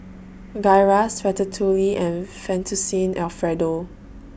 Gyros Ratatouille and Fettuccine Alfredo